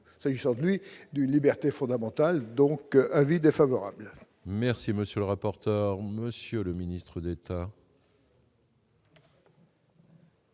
s'agissant du d'une liberté fondamentale, donc avis défavorable. Merci, monsieur le rapporteur, monsieur le ministre d'État.